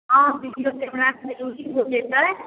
हँ video camera सेहो जरूरी हो जेतै